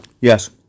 Yes